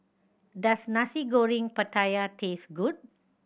does Nasi Goreng Pattaya taste good